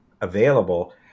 available